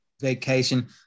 vacation